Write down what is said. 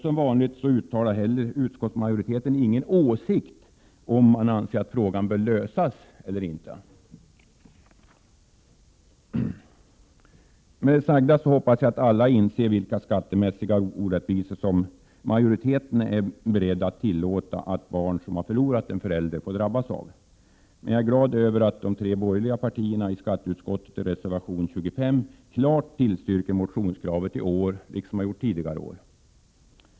Som vanligt uttalar utskottsmajoriteten inte heller någon åsikt om man anser att frågan bör lösas eller inte. Med det sagda hoppas jag att alla inser vilka skattemässiga orättvisor som majoriteten är beredd att tillåta att barn som har förlorat en förälder får drabbas av. Jag är glad över att de tre borgerliga partierna i skatteutskottet i reservation 25 klart tillstyrker motionskravet i år liksom tidigare år.